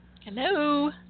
Hello